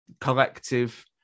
collective